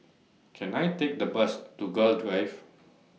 Can I Take The Bus to Gul Drive